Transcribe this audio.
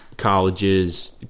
Colleges